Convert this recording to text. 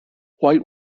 white